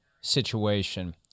situation